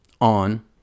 on